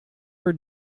her